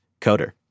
coder